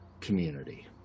community